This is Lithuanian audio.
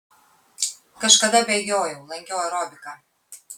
kažkada bėgiojau lankiau aerobiką